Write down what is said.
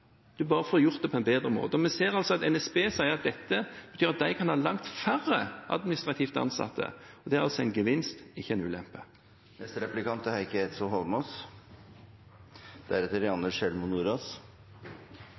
gjort på en bedre måte. Vi ser altså at NSB sier at dette gjør at de kan ha langt færre administrativt ansatte, og det er altså en gevinst, ikke en ulempe.